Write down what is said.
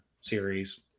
series